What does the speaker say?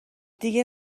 دیگه